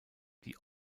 die